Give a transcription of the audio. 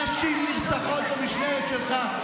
נשים נרצחות במשמרת שלך.